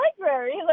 library